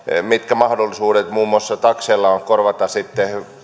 mitkä mahdollisuudet muun muassa takseilla on korvata sitten